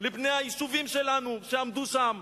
לבני היישובים שלנו שעמדו שם,